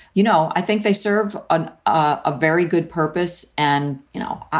you know, i think they serve on a very good purpose. and, you know,